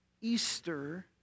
Easter